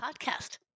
podcast